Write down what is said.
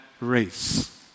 race